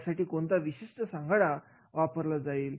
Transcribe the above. यासाठी कोणता विशिष्ट कृती आराखडा वापरला जाईल